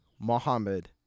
Muhammad